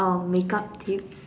oh makeup tips